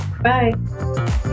bye